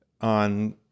on